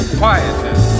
quietness